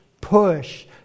push